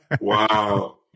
Wow